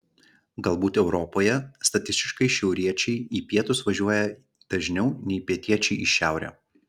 galbūt europoje statistiškai šiauriečiai į pietus važiuoja dažniau nei pietiečiai į šiaurę